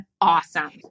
awesome